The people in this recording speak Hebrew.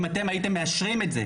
אם אתם הייתם מאשרים את זה?